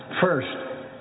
First